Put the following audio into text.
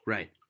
Right